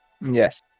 Yes